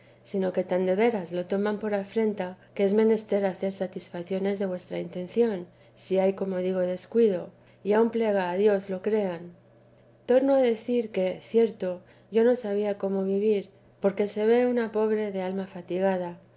sino que tan de veras lo toman por afrenta que es menester hacer satisfaciones de vuestra intención si hay como digo descuido y aun plega a dios lo crean torno a decir que cierto yo no sabía cómo vivir porque se ve una pobre de alma fatigada